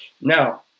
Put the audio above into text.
Now